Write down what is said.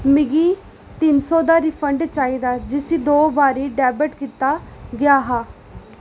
मिगी तिन सौ दा रिफंड चाहिदा जिसी दो बारी डेबिट कीता गेआ हा